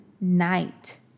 night